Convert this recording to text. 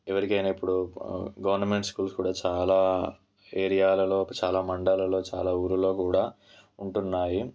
ఎవరికైనా ఇప్పుడు గ గవర్నమెంట్ స్కూల్స్లో చాలా ఏరియాలలో చాలా మండలంలో చాలా ఊళ్ళో కూడా ఉంటాయి